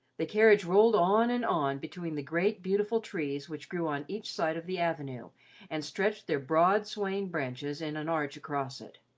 the carriage rolled on and on between the great, beautiful trees which grew on each side of the avenue and stretched their broad, swaying branches in an arch across it.